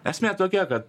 esmė tokia kad